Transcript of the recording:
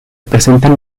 presentan